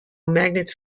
magnet